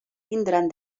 tindran